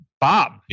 Bob